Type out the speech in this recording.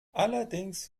allerdings